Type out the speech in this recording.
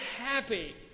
happy